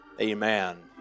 Amen